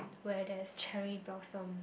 where there is cherry blossom